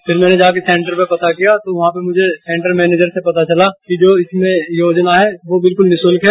फिर मैंने जाकर सेन्टर पर पता किया तो वहां पर मुझे सेन्टर मैनेजर से पता चला कि जो इसमें योजना है वह बिल्कुल निशुल्क है